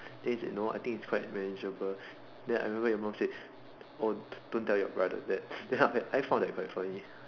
then he said no I think it's quite manageable then I remember your mom said oh don't tell your brother that then after that I found that quite funny